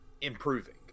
improving